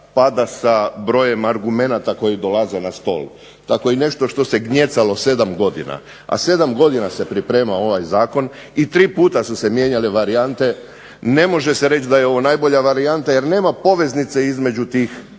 pada sa brojem argumenata koji dolaze na stol, tako i nešto što se gnjecalo 7 godina, 7 godina se pripremao ovaj Zakon i tri puta su se mijenjale varijante. Ne može se reći da je ovo najbolja varijanta jer nema poveznice između tih